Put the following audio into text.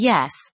Yes